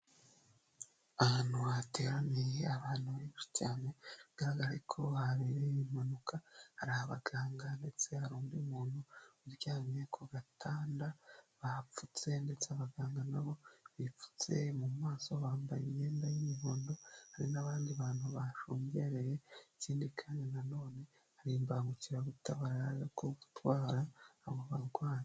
Ahantu hateraniye abantu benshi cyane, bigaragara ko habereye impanuka; hari abaganga ndetse hari undi muntu uryamye ku gatanda bapfutse, ndetse abaganga nabo bipfutse mu maso, bambaye imyenda y'umuhondo hari n'abandi bantu bashungereye, ikindi kandi na none hari imbangukiragutabara ko gutwara abo barwayi.